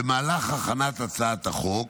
במהלך הכנת הצעת החוק